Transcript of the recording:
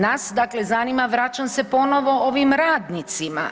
Nas dakle zanima, vraćam se ponovo ovim radnicima.